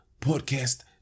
Podcast